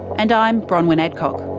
and i'm bronwyn adcock